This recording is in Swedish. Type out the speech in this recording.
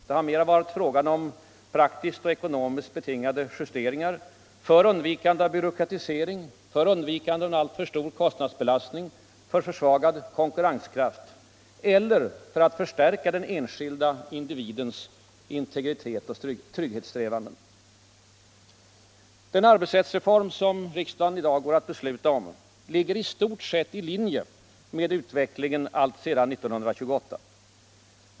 Det har mera varit fråga om praktiskt och ekonomiskt betingade justeringar för undvikande av byråkratisering, en alltför stor kostnadsbelastning, försvagad konkurrenskraft eller för att förstärka de enskilda individernas integritet och trygghetssträvanden. Den arbetsreform som riksdagen i dag går att besluta om ligger i stort sett i linje med utvecklingen sedan 1928.